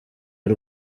y’u